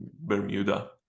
bermuda